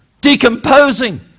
decomposing